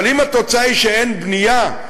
אבל אם התוצאה היא שאין בנייה,